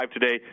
today